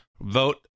Vote